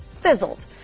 fizzled